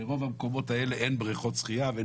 ברוב המקומות האלה בין בריכות שחייה ואין